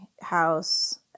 house